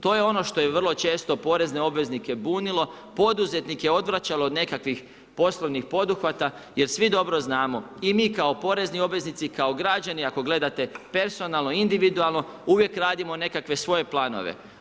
To je ono što je vrlo često porezne obveznike bunilo, poduzetnike odvraćalo od nekakvih poslovnih poduhvata jer svi dobro znamo i mi kao porezni obveznici i kao građani ako gledate personalno i individualno uvijek radimo nekakve svoje planove.